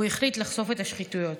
הוא החליט לחשוף את השחיתויות.